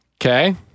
Okay